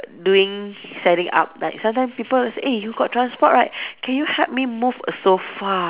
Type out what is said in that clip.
doing setting up like sometimes people like say eh you got transport right can you help me move a sofa